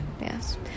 Yes